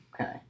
Okay